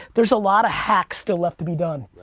there's a lot of hacks still left to be done.